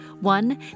One